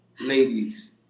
ladies